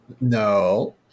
No